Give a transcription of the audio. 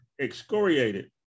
excoriated